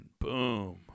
boom